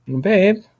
Babe